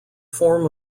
form